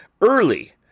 early